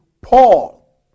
Paul